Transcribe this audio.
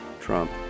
Trump